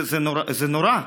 זה נורא.